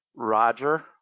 Roger